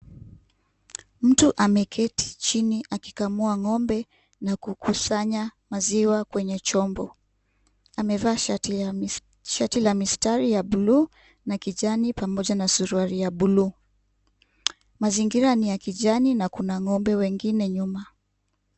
Mtu ameketi chini akikamua ng'ombe na. Mazingira ninya kijani na kuna ng'ombe wengine nyuma.